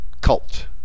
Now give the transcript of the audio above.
cult